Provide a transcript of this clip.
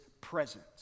presence